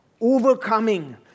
overcoming